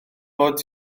fod